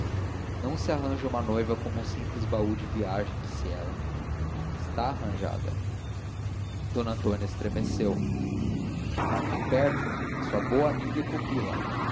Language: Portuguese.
não se arranja uma noiva com um simples baú de viagem disse ela está arranjada d antônia estremeceu está aqui perto é a sua boa amiga e pupila